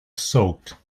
soaked